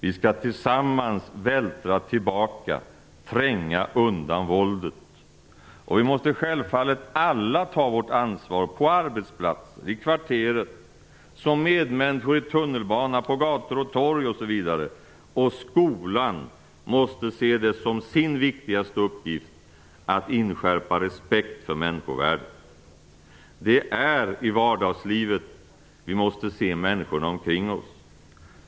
Vi skall tillsammans vältra tillbaka, tränga undan våldet. Och vi måste självfallet alla ta vårt ansvar, på arbetsplatser, i kvarteret, som medmänniskor i tunnelbana, på gator och torg osv. Och skolan måste se det som sin viktigaste uppgift att inskärpa respekt för människovärdet. Det är i vardagslivet vi måste se människorna omkring oss.